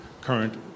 current